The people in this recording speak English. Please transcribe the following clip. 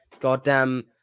goddamn